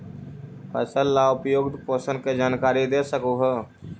फसल ला उपयुक्त पोषण के जानकारी दे सक हु?